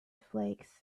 flakes